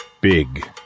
Big